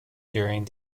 during